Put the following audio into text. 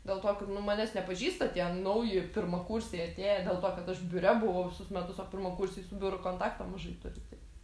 dėl to kad nu manęs nepažįsta tie nauji pirmakursiai atėję dėl to kad aš biure buvau visus metus o pirmakursiai su biuru kontakto mažai turi tai